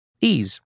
Ease